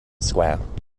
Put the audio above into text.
square